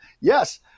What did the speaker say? Yes